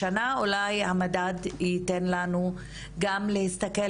השנה אולי המדד יתן לנו גם להסתכל